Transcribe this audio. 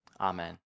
Amen